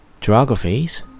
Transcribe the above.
geographies